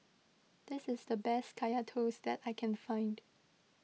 this is the best Kaya Toast that I can find